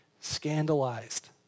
scandalized